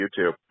YouTube